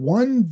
one